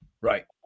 right